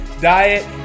diet